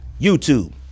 YouTube